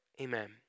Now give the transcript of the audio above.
Amen